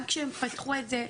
גם כשהם פתחו את זה,